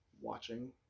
watching